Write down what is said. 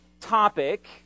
topic